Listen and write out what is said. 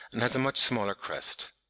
and has a much smaller crest.